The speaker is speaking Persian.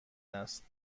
است